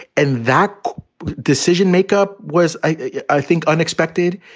and that decision makeup was, i think, unexpected.